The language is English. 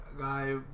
guy